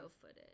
footage